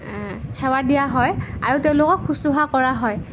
সেৱা দিয়া হয় আৰু তেওঁলোকক শুশ্ৰূষা কৰা হয়